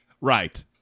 right